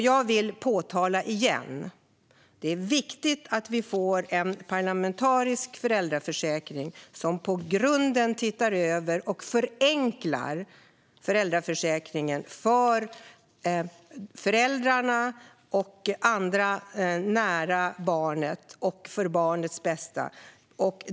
Jag vill åter framhålla att det är viktigt att vi får en parlamentarisk föräldraförsäkringsutredning som i grunden tittar över och förenklar föräldraförsäkringen för föräldrarna och andra som står barnet nära och för barnets bästa.